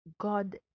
god